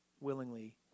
willingly